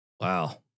Wow